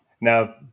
now